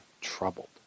troubled